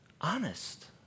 honest